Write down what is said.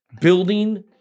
building